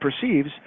perceives